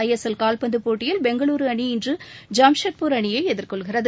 ஐ S L கால்பந்து போட்டியில் பெங்களுரு அணி இன்று ஜம்ஷெட்பூர் அணியை எதிர்கொள்கிறது